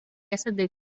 yesterday